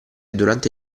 durante